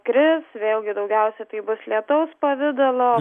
kris vėlgi daugiausiai tai bus lietaus pavidalo